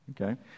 Okay